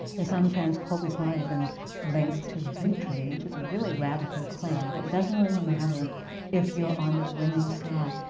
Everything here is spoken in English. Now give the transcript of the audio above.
sometimes hope is not even linked to victory, which is a really radical claim. that it doesn't really matter if you're on the winning side.